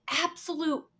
absolute